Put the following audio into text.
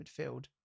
midfield